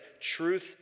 Truth